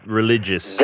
religious